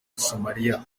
somalia